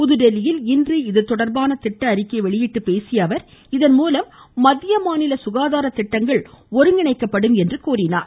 புதுதில்லியில் இன்று இதுதொடர்பான திட்ட அறிக்கையை வெளியிட்டு பேசிய அவர் இதன் மூலம் மத்திய மாநில சுகாதார திட்டங்கள் ஒருங்கிணைக்கப்படும் என்றார்